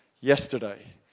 yesterday